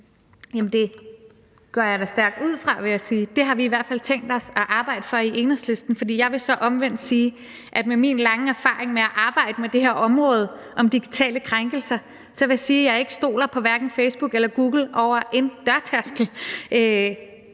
Det har vi i hvert fald tænkt os at arbejde for i Enhedslisten, for jeg vil omvendt sige, at med min lange erfaring med at arbejde med det her område for digitale krænkelser stoler jeg ikke over en dørtærskel på hverken Facebook eller Google. Så derfor er